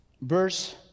verse